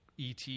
ET